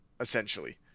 essentially